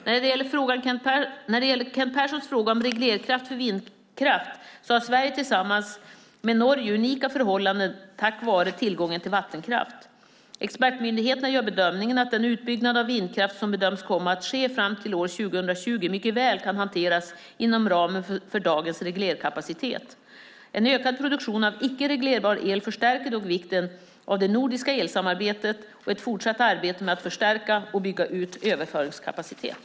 När det gäller Kent Perssons fråga om reglerkraft för vindkraft har Sverige tillsammans med Norge unika förhållanden tack vare tillgången till vattenkraft. Expertmyndigheterna gör bedömningen att den utbyggnad av vindkraft som bedöms kommer att ske fram till år 2020 mycket väl kan hanteras inom ramen för dagens reglerkapacitet. En ökad produktion av icke reglerbar el förstärker dock vikten av det nordiska elsamarbetet och ett fortsatt arbete med att förstärka och bygga ut överföringskapacitet.